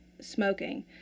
smoking